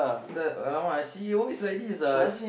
sad !alamak! she always like this ah she